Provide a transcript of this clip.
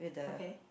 okay